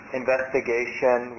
investigation